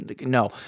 No